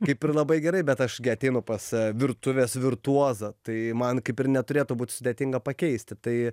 kaip ir labai gerai bet aš gi ateinu pas virtuvės virtuozą tai man kaip ir neturėtų būt sudėtinga pakeisti tai